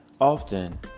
Often